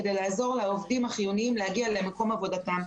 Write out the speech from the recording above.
כדי לעזור לעובדים החיוניים להגיע למקום עבודתם.